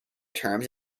terms